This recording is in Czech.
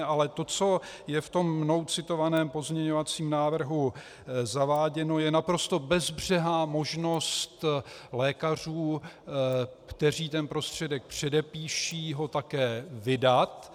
Ale to, co je v tom mnou citovaném pozměňovacím návrhu zaváděno, je naprosto bezbřehá možnost lékařů, kteří ten prostředek předepíší, ho také vydat.